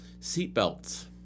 seatbelts